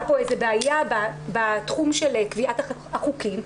כאן איזו בעיה בתחום של קביעת החוקים.